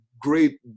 great